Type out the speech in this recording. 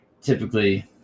typically